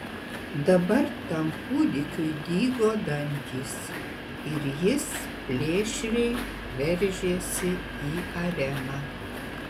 dabar tam kūdikiui dygo dantys ir jis plėšriai veržėsi į areną